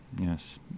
yes